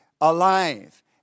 alive